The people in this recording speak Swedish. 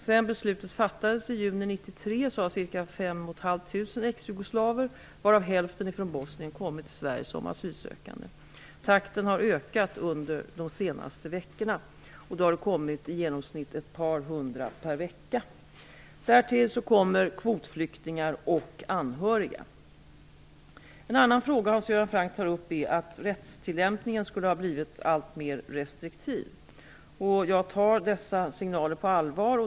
Sedan beslutet fattades i juni 1993 har ca 5 500 ex-jugoslaver, varav hälften från Bosnien, kommit till Sverige som asylsökande. Takten har ökat under de senaste veckorna, och det har i genomsnitt kommit ett par hundra per vecka. Därtill kommer kvotflyktingar och anhöriga. En annan fråga som Hans Göran Franck tar upp är att rättstillämpningen skulle ha blivit alltmer restriktiv. Jag tar dessa signaler på allvar.